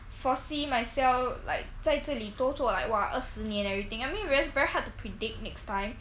foresee myself like 在这里多做 like !wah! 二十年 and everything I mean very very hard to predict next time